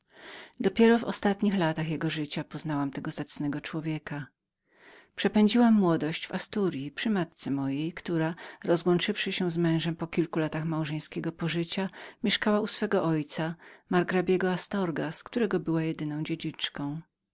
dopiero w ostatnich latach jego życia poznałam tego zacnego człowieka przepędziłam młodość w asturyi przy matce mojej która rozłączywszy się z mężem po kilku latach małżeńskiego pożycia mieszkała u swego ojca margrabiego astorgas którego była jedyną